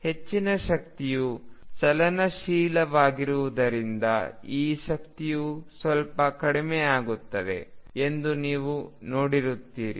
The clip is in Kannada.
ಹೆಚ್ಚಿನ ಶಕ್ತಿಯು ಚಲನಶೀಲವಾಗಿರುವುದರಿಂದ ಈಗ ಶಕ್ತಿಯು ಸ್ವಲ್ಪ ಕಡಿಮೆಯಾಗುತ್ತದೆ ಎಂದು ನೀವು ನೋಡುತ್ತೀರಿ